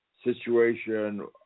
situation